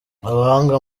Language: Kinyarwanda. abahanga